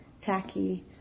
tacky